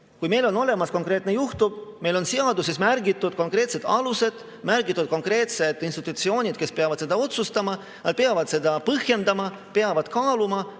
Kui meil on konkreetne juhtum, siis meil on seaduses märgitud konkreetsed alused ja konkreetsed institutsioonid, kes peavad seda otsustama. Nad peavad seda põhjendama, peavad kaaluma,